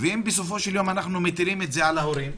ואם בסופו של יום אנחנו מטילים את זה על ההורים,